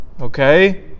Okay